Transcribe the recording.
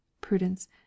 PRUDENCE